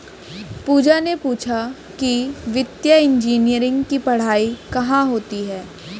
पूजा ने पूछा कि वित्तीय इंजीनियरिंग की पढ़ाई कहाँ होती है?